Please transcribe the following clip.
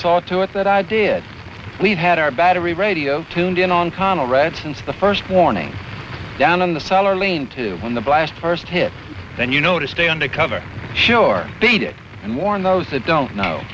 saw to it that i did we've had our battery radio tuned in on qana read the first warning down on the cellar lean to when the blast first hit then you know to stay under cover sure they did and warn those that don't know